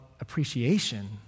appreciation